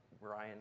Ryan